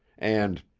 and,